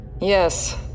Yes